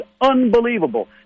unbelievable